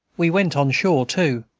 we went on shore, too,